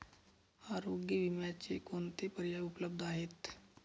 आरोग्य विम्याचे कोणते पर्याय उपलब्ध आहेत?